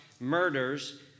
murders